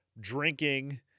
drinking